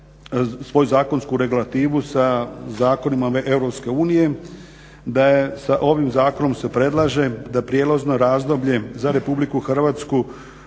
svoju zakonsku regulativu sa zakonima EU, da je sa ovim zakonom se predlaže da prijelazno razdoblje za RH bude